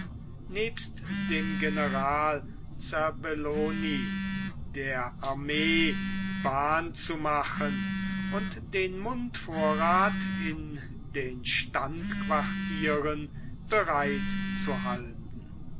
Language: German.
nebst dem general serbellon der armee bahn zu machen und den mundvorrath in den standquartieren bereit zu halten